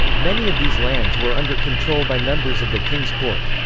many of these lands were under control by members of the king's court.